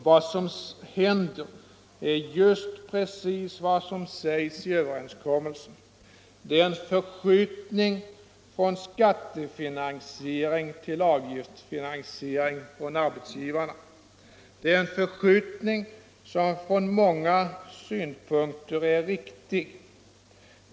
Vad som händer är just det som sägs i överenskommelsen. Det är en förskjutning från skattefinansiering till avgiftsfinansiering genom arbetsgivarna. Det är en förskjutning som från många synpunkter är riktig.